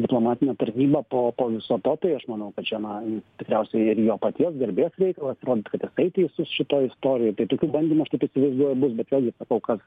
diplomatinę tarnybą po po viso to tai aš manau kad čia na tikriausiai ir jo paties garbės reikalas įrodyt kad jisai teisus šitoj istorijoj tai tokių bandymų aš taip įsivaizduoju bus bet vėlgi kol kas